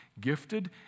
gifted